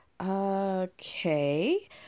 Okay